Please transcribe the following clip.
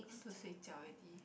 want to 睡觉 already